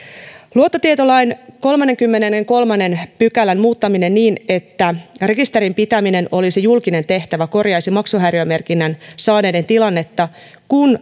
luottotietolain kolmannenkymmenennenkolmannen pykälän muuttaminen niin että rekisterin pitäminen olisi julkinen tehtävä korjaisi maksuhäiriömerkinnän saaneiden tilannetta kun